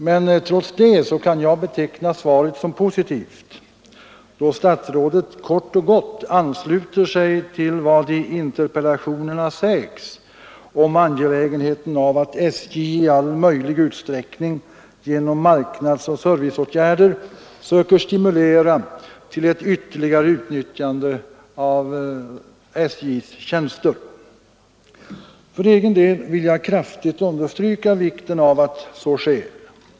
Men trots det kan jag beteckna svaret som positivt, då statsrådet kort och gott ansluter sig till vad i interpellationerna sägs om angelägenheten av att SJ i all möjlig utsträckning genom marknadsoch serviceåtgärder söker stimulera till ett ytterligare utnyttjande av SJs tjänster. För egen del vill jag kraftigt understryka vikten av att så sker.